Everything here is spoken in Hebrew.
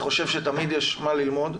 אני חושב שתמיד יש מה ללמוד.